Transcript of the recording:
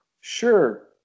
Sure